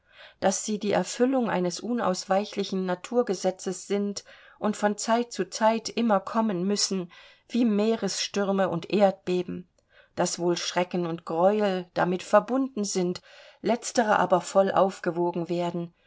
daß sie die erfüllung eines unausweichlichen naturgesetzes sind und von zeit zu zeit immer kommen müssen wie meeresstürme und erdbeben daß wohl schrecken und greuel damit verbunden sind letztere aber voll aufgewogen werden